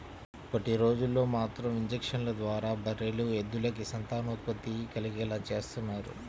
ఇప్పటిరోజుల్లో మాత్రం ఇంజక్షన్ల ద్వారా బర్రెలు, ఎద్దులకి సంతానోత్పత్తి కలిగేలా చేత్తన్నారు